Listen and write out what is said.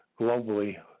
globally